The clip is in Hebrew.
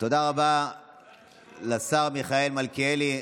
תודה רבה לשר מיכאל מלכיאלי.